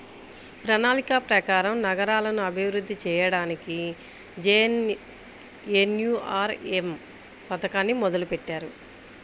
ప్రణాళిక ప్రకారం నగరాలను అభివృద్ధి చెయ్యడానికి జేఎన్ఎన్యూఆర్ఎమ్ పథకాన్ని మొదలుబెట్టారు